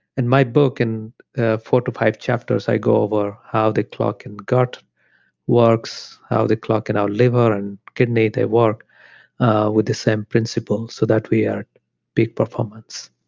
and my book, in and ah four to five chapters, i go over how the clock in gut works, how the clock in our liver and kidney they work with the same principles so that we're at peak performance.